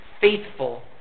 faithful